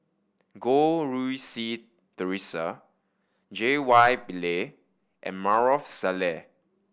Goh Rui Si Theresa J Y Pillay and Maarof Salleh